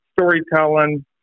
storytelling